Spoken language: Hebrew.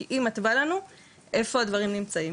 כי היא מתווה לנו איפה הדברים נמצאים.